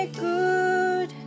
good